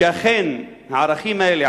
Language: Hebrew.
שאכן הערכים האלה,